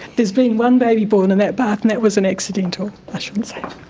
has been one baby born in that bath, and that was an accidental. i shouldn't say that!